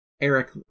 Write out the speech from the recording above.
Eric